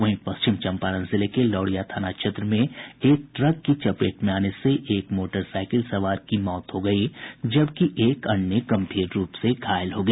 वहीं पश्चिम चंपारण जिले के लोरिया थाना क्षेत्र में एक ट्रक की चपेट में आने से एक मोटरसाईकिल सवार की मौत हो गयी जबकि एक अन्य गंभीर रूप से घायल हो गया